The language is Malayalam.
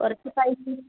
കുറച്ച് പൈസ